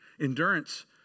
Endurance